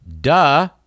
Duh